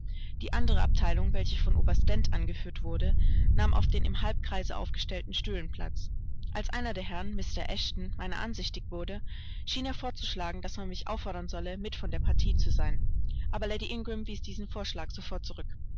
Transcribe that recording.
die andere abteilung welche von oberst dent angeführt wurde nahm auf den im halbkreise aufgestellten stühlen platz als einer der herren mr eshton meiner ansichtig wurde schien er vorzuschlagen daß man mich auffordern solle mit von der partie zu sein aber lady ingram wies diesen vorschlag sofort zurück